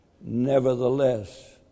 Nevertheless